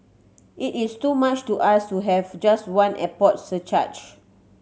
it is too much to ask to have just one airport surcharge